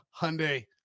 Hyundai